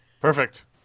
Perfect